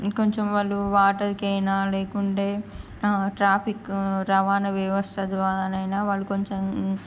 ఇంకొంచెం వాళ్ళు వాటర్కి అయినా లేకుంటే ట్రాఫిక్ రవాణా వ్యవస్థ ద్వారానైనా వాళ్ళు కొంచెం